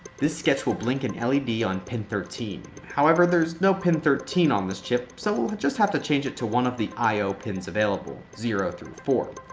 this sketch will blink an led on pin thirteen. however, there's no pin thirteen on this chip, so we'll just have to change it to one of the i o pins available, zero through four.